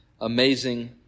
Amazing